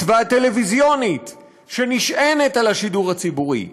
והטלוויזיונית שנשענת על השידור הציבורי,